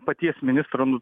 paties ministro nu